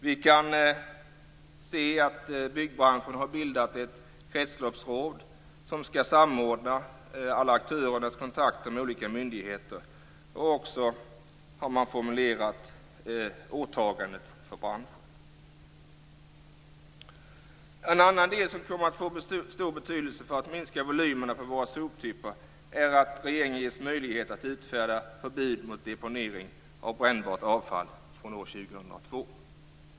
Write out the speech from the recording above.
Vi kan se att byggbranschen har bildat ett kretsloppsråd som skall samordna alla aktörernas kontakter med olika myndigheter. Man har också formulerat ett åtagande för branschen. En annan del som kommer att få stor betydelse för att minska volymerna på våra soptippar är att regeringen ges möjlighet att utfärda förbud mot deponering av brännbart avfall från år 2002.